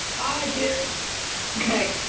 ah my kids okay,